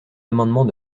amendement